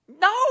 No